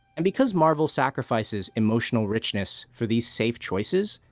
and because marvel sacrifices emotional richness for these safe choices,